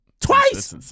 Twice